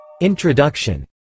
Introduction